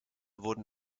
wurden